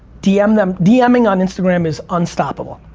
dm them, dming on instagram is unstoppable.